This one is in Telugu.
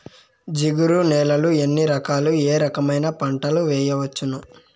జిగురు నేలలు ఎన్ని రకాలు ఏ రకమైన పంటలు వేయవచ్చును?